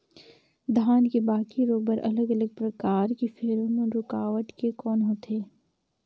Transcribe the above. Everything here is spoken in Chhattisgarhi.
धान के बाकी रोग बर अलग अलग प्रकार के फेरोमोन रूकावट के कौन होथे?